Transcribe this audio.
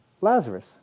Lazarus